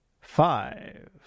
five